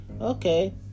Okay